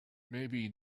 maybe